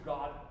God